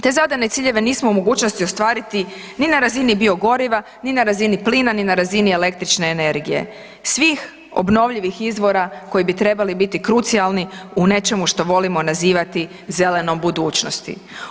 Te zadane ciljeve nismo u mogućnosti ostvariti ni na razini biogoriva, ni na razini plina, ni na razini električne energije, svih obnovljivih izvora koji bi trebali biti krucijalni u nečemu što volimo nazivati zelenom budućnosti.